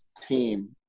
team –